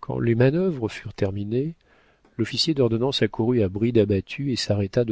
quand les manœuvres furent terminées l'officier d'ordonnance accourut à bride abattue et s'arrêta